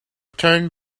turned